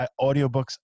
audiobooks